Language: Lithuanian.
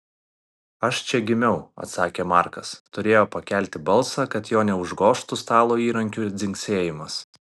aš čia gimiau atsakė markas turėjo pakelti balsą kad jo neužgožtų stalo įrankių dzingsėjimas